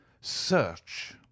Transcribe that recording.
Search